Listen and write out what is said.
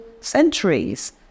centuries